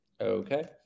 okay